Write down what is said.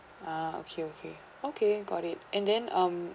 ah okay okay okay got it and then um